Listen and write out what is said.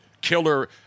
killer